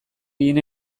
ginen